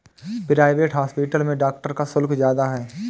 private hospital में doctor का शुल्क ज्यादा है